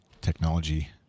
technology